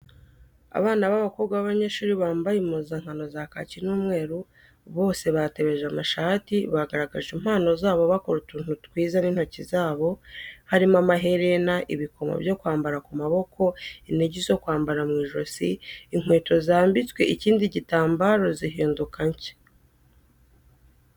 Abana b'abakobwa b'abanyeshuri bambaye impuzankano za kaki n'umweru, bose batebeje amashati, bagaragaje impano zabo bakora utuntu twiza n'intoki zabo, harimo amaherena, ibikomo byo kwambara ku maboko, inigi zo kwambara mu ijosi, inkweto zambitswe ikindi gitambaro zihinduka nshya.